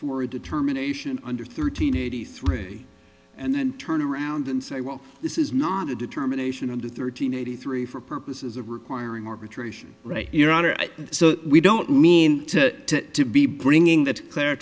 or a determination under thirteen eighty three and then turn around and say well this is not a determination of the thirteen eighty three for purposes of requiring more patrician right your honor so we don't mean to be bringing that clar